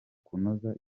kunoza